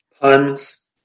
Puns